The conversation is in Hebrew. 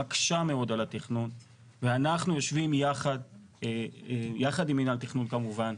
מקשה מאוד על התכנון ואנחנו יושבים יחד עם מינהל תכנון כמובן,